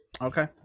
Okay